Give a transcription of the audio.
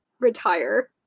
retire